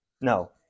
no